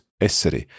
essere